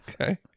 Okay